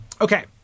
Okay